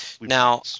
Now